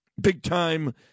big-time